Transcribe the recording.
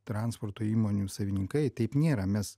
transporto įmonių savininkai taip nėra mes